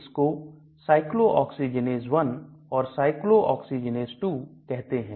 इसको Cyclooxygenase 1 और Cyclooxygenase 2 कहते हैं